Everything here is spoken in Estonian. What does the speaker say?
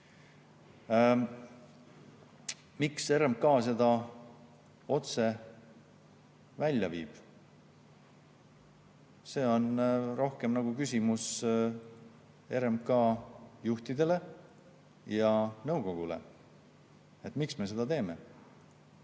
Miks RMK seda [puitu] otse välja viib? See on rohkem küsimus RMK juhtidele ja nõukogule, et miks me seda teeme,